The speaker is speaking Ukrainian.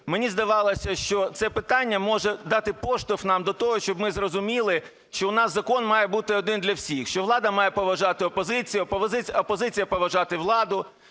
мені здавалося, що це питання може дати поштовх нам до того, щоб ми зрозуміли, що у нас закон має бути один для всіх, що влада має поважати опозицію, а опозиція поважати владу,